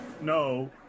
no